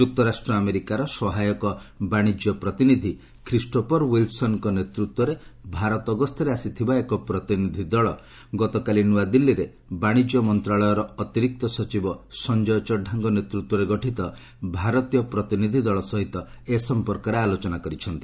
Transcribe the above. ଯୁକ୍ତରାଷ୍ଟ୍ର ଆମେରିକାର ସହାୟକ ବାଣିଜ୍ୟ ପ୍ରତିନିଧି ଖ୍ରୀଷ୍ଟୋଫର୍ ୱିଲ୍ସନ୍ଙ୍କ ନେତୃତ୍ୱରେ ଭାରତ ଗସ୍ତରେ ଆସିଥିବା ଏକ ପ୍ରତିନିଧି ଦଳ ଗତକାଲି ନ୍ତଆଦିଲ୍ଲୀଠାରେ ବାଣିଜ୍ୟ ମନ୍ତ୍ରଣାଳୟର ଅତିରିକ୍ତ ସଚିବ ସଞ୍ଜୟ ଚଢ଼ାଙ୍କ ନେତୂତ୍ୱରେ ଗଠିତ ଭାରତୀୟ ପ୍ରତିନିଧି ଦଳ ସହିତ ଏ ସଂପର୍କରେ ଆଲୋଚନା କରିଛନ୍ତି